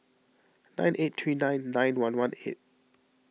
nine eight three nine nine one one eight